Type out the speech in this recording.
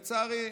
לצערי,